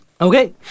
Okay